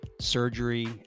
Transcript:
surgery